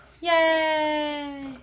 Yay